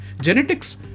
Genetics